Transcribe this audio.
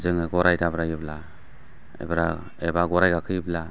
जोङो गराइ दाब्रायोब्ला एबा गराइ गाखोयोब्ला